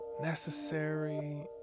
necessary